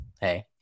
hey